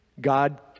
God